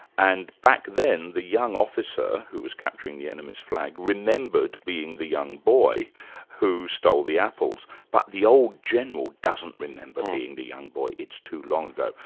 and back then the young officer who was capturing the enemy's flag remembered being the young boy who stole the apples, but the old general doesn't remember being the young boy, it's too long ago.